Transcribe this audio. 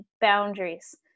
boundaries